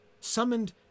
Summoned